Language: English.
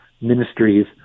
ministries